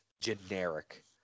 generic